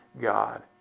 God